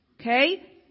Okay